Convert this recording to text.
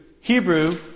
Hebrew